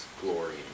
glory